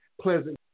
pleasant